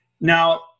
now